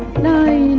nine